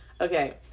okay